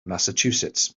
massachusetts